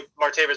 Martavis